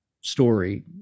story